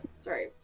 Sorry